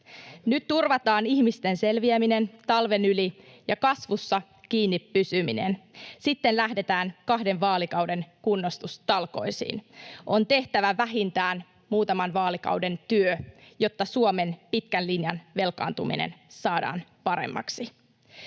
Nyt turvataan ihmisten selviäminen talven yli ja kasvussa kiinni pysyminen. Sitten lähdetään kahden vaalikauden kunnostustalkoisiin. On tehtävä vähintään muutaman vaalikauden työ, jotta Suomen pitkän linjan velkaantuminen saadaan paremmaksi.